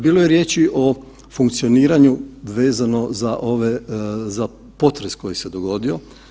Bilo je riječi o funkcioniranje za ove, za potres koji se dogodio.